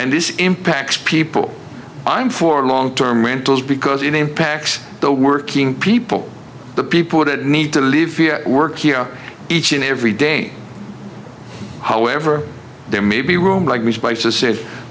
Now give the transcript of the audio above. and this impacts people i'm for long term rentals because it impacts the working people the people that need to leave work here each and every day however there may be room like the spices